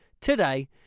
today